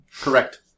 Correct